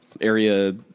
area